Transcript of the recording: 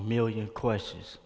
million questions